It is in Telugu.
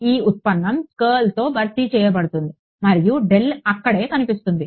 ఈ ఉత్పన్నం కర్ల్తో భర్తీ చేయబడుతుంది మరియు డెల్ అక్కడే కనిపిస్తుంది